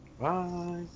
Bye